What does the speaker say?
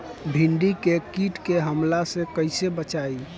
भींडी के कीट के हमला से कइसे बचाई?